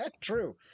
True